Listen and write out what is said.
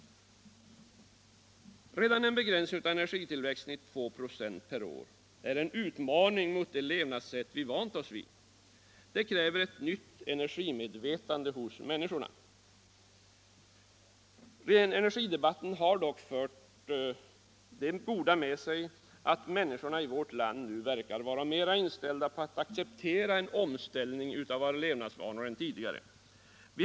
Redan en begränsning av energitillväxten till 2 96 per år är en utmaning mot det levnadssätt som vi har vant oss vid. Det kräver ett nytt energimedvetande hos människorna. Energidebatten har dock fört det goda med sig att människorna i vårt land nu verkar vara mera inställda på att acceptera en omställning av våra levnadsvanor än tidigare.